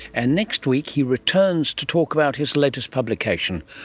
and next week he returns to talk about his latest publication,